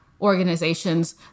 organizations